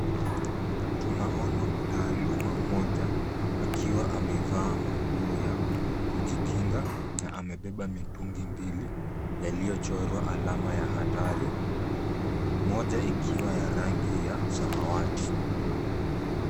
Tunaona mtaaluma mmoja akiwa amevaa manguo ya kujikinga na amebeba mitungi mbili, yaliyochorwa alama ya hatari, moja ikiwa ya rangi ya samawati.